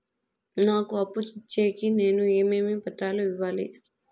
నాకు అప్పు ఇచ్చేకి నేను ఏమేమి పత్రాలు ఇవ్వాలి